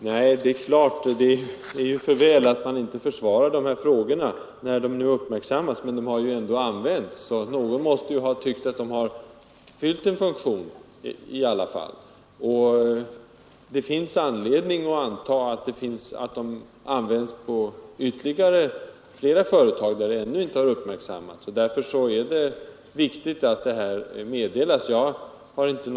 Herr talman! Det är ju för väl att man inte försvarar de här frågeformulären när de nu uppmärksammas — men de har ändå använts, så någon måste i alla fall ha tyckt att de har fyllt en funktion. Det finns anledning att anta att de används på ytterligare företag, där de ännu inte har uppmärksammats. Därför är det viktigt att de får klart för sig att de är olämpliga.